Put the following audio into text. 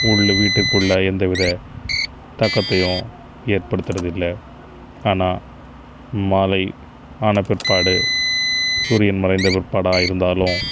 உள்ள வீட்டுக்குள்ளே எந்த வித தாக்கத்தையும் ஏற்படுத்துவது இல்லை ஆனால் மாலை ஆன பிற்பாடு சூரியன் மறைந்த பிற்பாடாக இருந்தாலும்